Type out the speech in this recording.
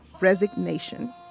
resignation